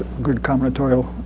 good combinatorial